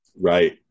Right